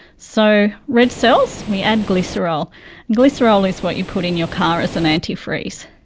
so red cells, we add glycerol, and glycerol is what you put in your car as an antifreeze.